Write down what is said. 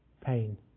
Pain